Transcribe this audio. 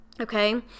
Okay